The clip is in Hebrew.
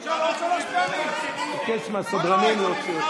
זה דיון חדש, אתה לא יכול.